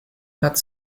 hat